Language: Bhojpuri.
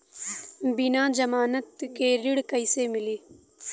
बिना जमानत के ऋण कईसे मिली?